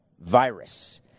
virus